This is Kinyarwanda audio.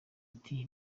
ati